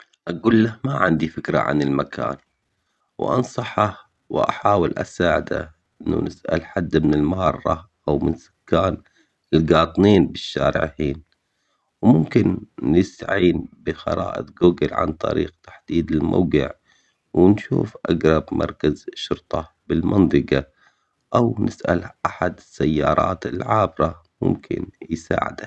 اقول له ما عندي فكرة عن المكان. وانصحه واحاول اساعده انه نسأل حد من المارة او من سكان القاطنين بالشارع هيل. وممكن نسعين بخرائط قوقل عن طريق تحديد الموقع. ونشوف اقرب مركز بالمنطقة او نسأل احد السيارات العابرة ممكن يساعده